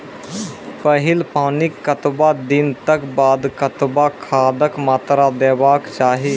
पहिल पानिक कतबा दिनऽक बाद कतबा खादक मात्रा देबाक चाही?